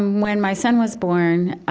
um when my son was born,